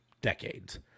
decades